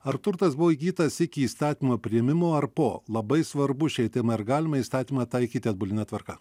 ar turtas buvo įgytas iki įstatymo priėmimo ar po labai svarbu šiai temai ar galima įstatymą taikyti atbuline tvarka